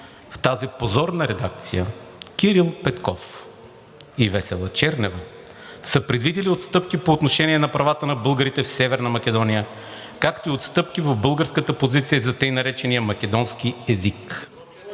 В тази позорна редакция Кирил Петков и Весела Чернева се предвидили отстъпки по отношение на правата на българите в Северна Македония, както и отстъпки в българската позиция за тъй наречения македонски език.